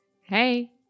Hey